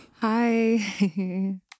Hi